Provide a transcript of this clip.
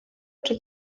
czy